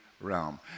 realm